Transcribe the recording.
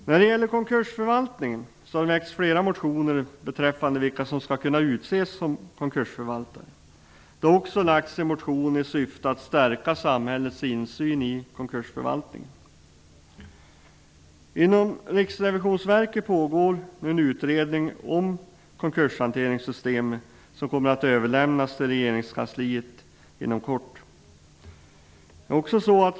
När det gäller konkursförvaltningen har det väckts flera motioner beträffande vilka som skall kunna utses till konkursförvaltare. Det har också väckts en motion som syftar till att stärka samhällets insyn i konkursförvaltningen. Inom Riksrevisionsverket pågår en utredning om konkurshanteringssystemet som kommer att överlämnas till regeringskansliet inom kort.